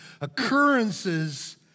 occurrences